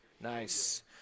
Nice